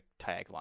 tagline